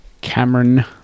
Cameron